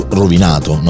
rovinato